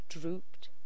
drooped